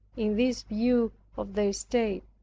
in this view of their state.